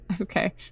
Okay